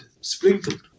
sprinkled